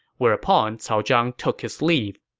whereupon cao zhang took his leave